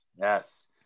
Yes